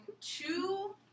two